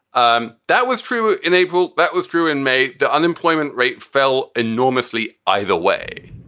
um that was true in april. that was true in may. the unemployment rate fell enormously. either way,